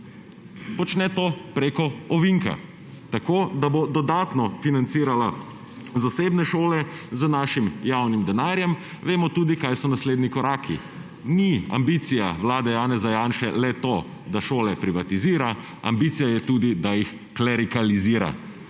počne to prek ovinka tako, da bo dodatno financirala zasebne šole z našim javnim denarjem. Vemo tudi, kaj so naslednji koraki. Ni ambicija vlade Janeza Janše le to, da šole privatizira, ambicija je tudi, da jih klerikalizira.